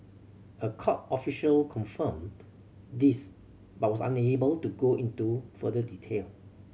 a court official confirmed this but was unable to go into further detail